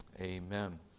Amen